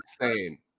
Insane